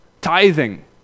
tithing